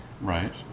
right